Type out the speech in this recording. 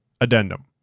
Addendum